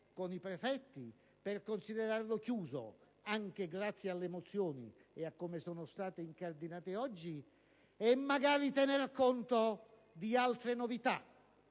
con i prefetti, per considerarlo chiuso, anche grazie alle mozioni e a come sono state incardinate oggi, magari tenendo conto di altre novità